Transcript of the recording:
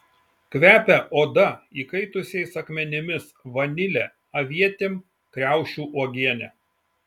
kvepia oda įkaitusiais akmenimis vanile avietėm kriaušių uogiene